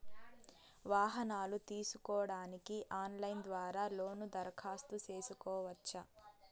వాహనాలు తీసుకోడానికి ఆన్లైన్ ద్వారా లోను దరఖాస్తు సేసుకోవచ్చా?